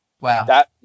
Wow